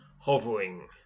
Hovering